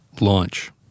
launch